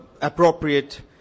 appropriate